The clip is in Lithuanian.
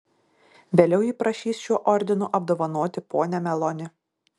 vėliau ji prašys šiuo ordinu apdovanoti ponią meloni